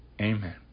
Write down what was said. Amen